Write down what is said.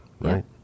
right